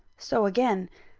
so, again,